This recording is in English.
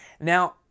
Now